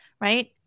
right